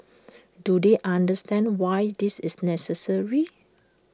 do they understand why this is necessary